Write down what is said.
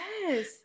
yes